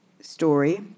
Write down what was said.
story